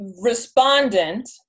respondent